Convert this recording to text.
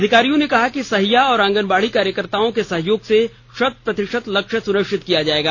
अधिकारियों ने कहा कि सहिया और आंगनबाड़ी कार्यकर्ताओं के सहयोग से शत प्रतिशत लक्ष्य सुनिश्चित किया जाएगा